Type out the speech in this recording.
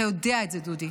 אתה יודע את זה, דודי.